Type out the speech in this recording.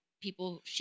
people